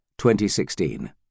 2016